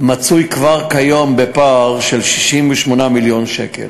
מצוי כבר כיום בפער של 68 מיליון שקל.